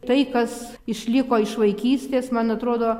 tai kas išliko iš vaikystės man atrodo